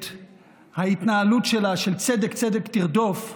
את ההתנהלות של צדק צדק תרדוף,